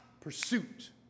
pursuit